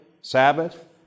Sabbath